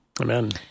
Amen